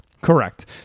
Correct